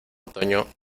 otoño